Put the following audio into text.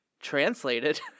translated